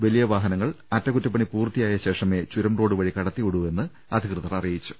വലിയ വാഹ നങ്ങൾ അറ്റകുറ്റപ്പണി പൂർത്തിയായ ശേഷമേ ചുരം റോഡ് വഴി കടത്തിവിടൂ എന്ന് അധികൃതർ അറിയിച്ചു